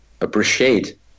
appreciate